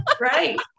Right